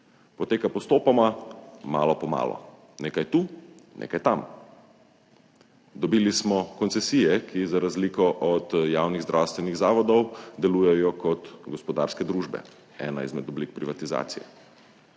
Poteka postopoma, malo po malo, nekaj tu, nekaj tam. Dobili smo koncesije, ki za razliko od javnih zdravstvenih zavodov delujejo kot gospodarske družbe, ena izmed oblik privatizacije.